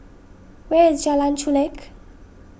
where is Jalan Chulek